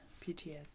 PTSD